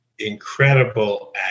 incredible